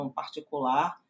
particular